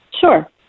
Sure